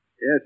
Yes